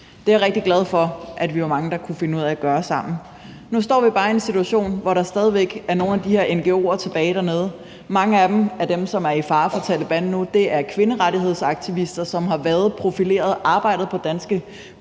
Det er jeg rigtig glad for at vi var mange der kunne finde ud af at gøre sammen. Nu står vi bare i en situation, hvor der stadig væk er nogle af de her ngo'er tilbage dernede. Mange af dem, som er i fare for Taleban nu, er kvinderettighedsaktivister, som har været profileret, og som har arbejdet på danske